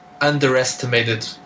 underestimated